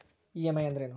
EMI ಅಂದ್ರೇನು?